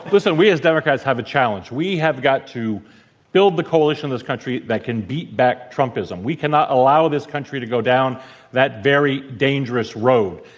listen, we as democrats have a challenge. we have got to build the coalition in this country that can beat back trumpism. we cannot allow this country to go down that very dangerous road.